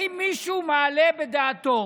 האם מישהו מעלה בדעתו